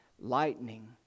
lightning